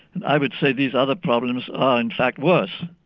and i would say these other problems are in fact worse.